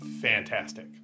fantastic